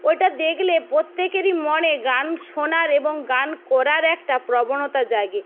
ওইটা দেখলে প্রত্যেকেরই মনে গান শোনার এবং গান করার একটা প্রবণতা জাগে